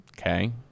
okay